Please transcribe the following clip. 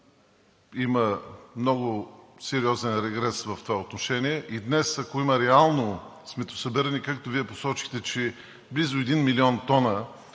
има много сериозен регрес в това отношение и днес, ако има реално сметосъбиране, както Вие посочихте, че близо 1 милион тона